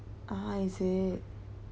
ah is it